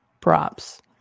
props